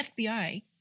FBI